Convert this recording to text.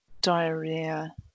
diarrhea